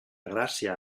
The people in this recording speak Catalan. gràcia